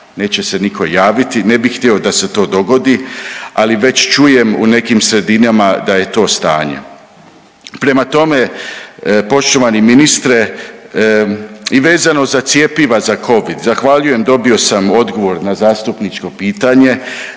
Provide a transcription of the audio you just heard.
neće se niko javiti, ne bi htio da se to dogodi, ali već čujem u nekim sredinama da je to stanje. Prema tome, poštovani ministre i vezano za cjepiva za covid, zahvaljujem, dobio sam odgovor na zastupničko pitanje,